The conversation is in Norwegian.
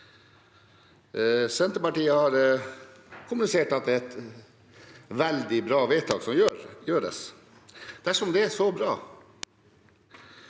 Senterpartiet har kommunisert at det er et veldig bra vedtak som fattes. Dersom det er så bra,